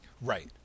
Right